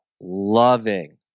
loving